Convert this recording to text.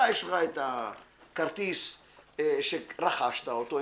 אתה יש לך את הכרטיס שרכשת אותו,